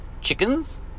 Chickens